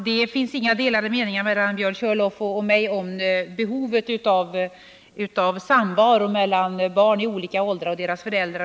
Herr talman! Björn Körlof och jag har inte delade meningar om behovet av samvaro mellan barn i olika åldrar och deras föräldrar.